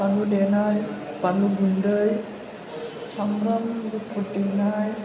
बानलु देनाय बानलु गुन्दै सामब्राम गुफुर देनाय